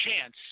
chance